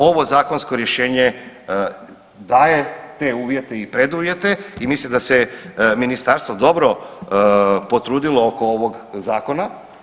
Ovo zakonsko rješenje daje te uvjete i preduvjete i mislim da se ministarstvo dobro potrudilo oko ovog zakona.